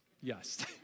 yes